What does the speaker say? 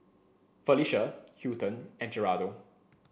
Felecia Hilton and Geraldo